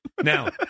Now